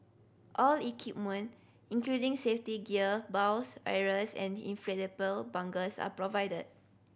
all equipment including safety gear bows arrows and inflatable bunkers are provided